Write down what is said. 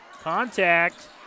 contact